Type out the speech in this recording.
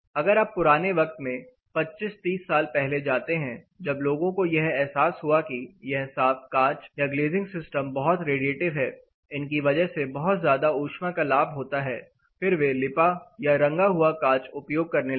अगर आप पुराने वक्त में 25 30 साल पहले जाते हैं जब लोगों को यह एहसास हुआ कि यह साफ कांच या ग्लेजिंग सिस्टम बहुत रेडिएटिव है इनकी वजह से बहुत ज्यादा ऊष्मा का लाभ होता है फिर वे लिपा या रंगा हुआ कांच उपयोग करने लगे